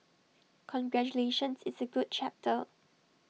congratulations it's A good chapter